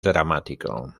dramático